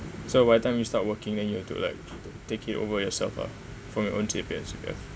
so by the time you start working then you have to like take it over yourself lah from your own C_P_F yeah